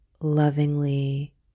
lovingly